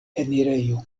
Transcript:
enirejo